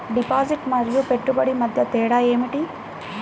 Deposit మరియు పెట్టుబడి మధ్య తేడా ఏమిటి?